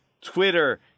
Twitter